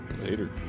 Later